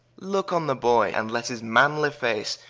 looke on the boy, and let his manly face,